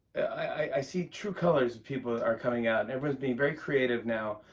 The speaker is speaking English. i see true colors of people are coming out, and everyone's being very creative now.